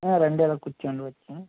ఆ రండి అలా కుర్చోండి వచ్చి